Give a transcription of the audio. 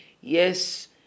Yes